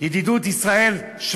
זה בראשותי, ידידות ישראל שווייץ.